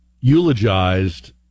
eulogized